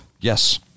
Yes